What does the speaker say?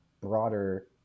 broader